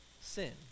sin